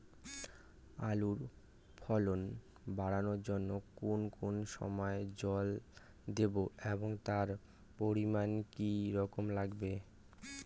আলুর ফলন বাড়ানোর জন্য কোন কোন সময় জল দেব এবং তার পরিমান কি রকম হবে?